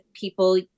people